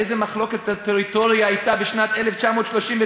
איזו מחלוקת על טריטוריה הייתה בשנת 1939,